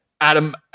Adam